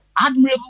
admirable